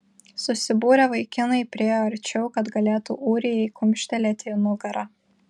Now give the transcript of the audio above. susibūrę vaikinai priėjo arčiau kad galėtų ūrijai kumštelėti į nugarą